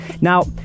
Now